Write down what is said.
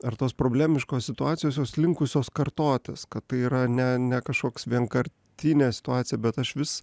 ar tos problemiškos situacijos jos linkusios kartotis kad tai yra ne ne kažkoks vienkartinė situacija bet aš vis